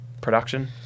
production